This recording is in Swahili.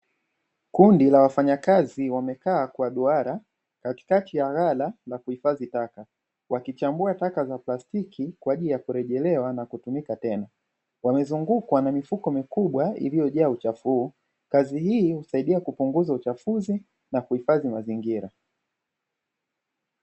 Kundi la wafanyakazi wamekaa kwa duara katikati ya ghala la kuhifadhi taka, wakichambua taka za plastiki kwa ajili ya kurejelewa na kutumika tena. Wamezungukwa na mifuko mikubwa iliyojaa uchafu huu, kazi hii husaidia kupunguza uchafuzi na kuhifadhi mazingira.